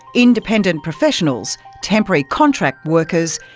independent professionals, temporary contract workers,